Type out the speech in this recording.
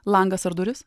langas ar durys